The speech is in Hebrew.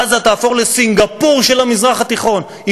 עזה תהפוך לסינגפור של המזרח התיכון.